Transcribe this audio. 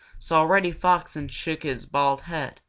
saw reddy fox and shook his bald head